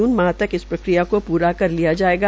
जून तक इस प्रक्रिया को पूरा लिया जायेगा